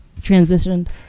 transitioned